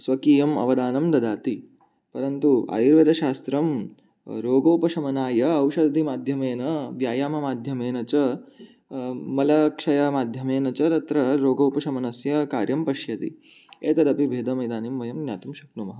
स्वकीयम् अवदानं ददाति परन्तु आयुर्वेदशास्त्रं रोगोपशमनाय औषधिमाध्यमेन व्यायाममाध्यमेन च मलक्षयमाध्यमेन च तत्र रोगोपशमनस्य कार्यं पश्यति एतदपि भेदमिदानीं वयं ज्ञातुं शक्नुमः